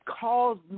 caused